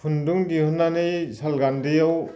खुन्दुं दिहुननानै साल गान्दैयाव